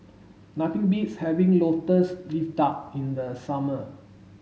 nothing beats having lotus leaf duck in the summer